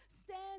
stand